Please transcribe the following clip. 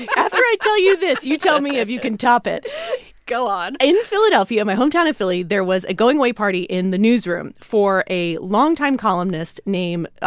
after i tell you this, you tell me if you can top it go on in philadelphia my hometown of philly there was a going-away party in the newsroom for a longtime columnist named